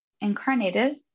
incarnated